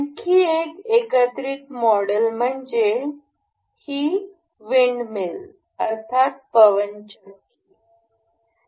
आणखी एक एकत्रित मॉडेल म्हणजे ही पवनचक्की अर्थातच विंड मील